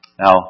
Now